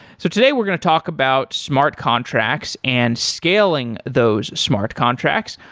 so today we're going to talk about smart contracts and scaling those smart contracts.